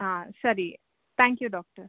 ಹಾಂ ಸರಿ thank you doctor